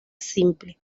simple